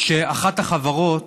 שבו אחת החברות